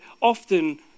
often